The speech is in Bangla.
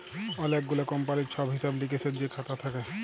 অলেক গুলা কমপালির ছব হিসেব লিকেসের যে খাতা থ্যাকে